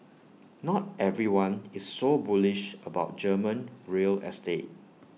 not everyone is so bullish about German real estate